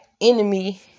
enemy